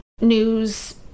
news